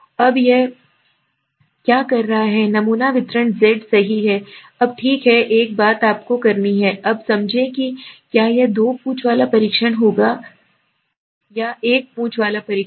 अब वह क्या कर रहा है नमूना वितरण Z सही है अब ठीक है एक बात आपको करना है अब समझें कि क्या यह दो पूंछ वाला परीक्षण होगा या एक पूंछ वाला परीक्षण